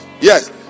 Yes